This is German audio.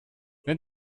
wenn